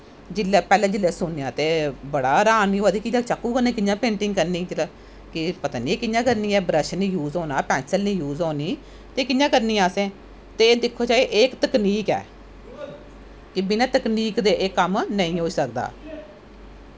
पैह्लैं जिसलै सुनेंआं ते बड़ा हरान होया कि चाकू कन्नै कियां पेंटिंग करनीं के पता नी कियां करनी ऐं ब्रश नी यूज़ होंना ते पैंसल नी यूज़ होनी ते कियां यूज़ होनी ऐ ते दिक्खो एह् इक तकनीक ऐ ते बिना तकनीक दे एह् कम्म नेंई होई सकदा